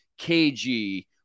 KG